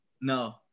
No